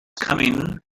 coming